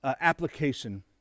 application